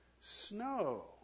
snow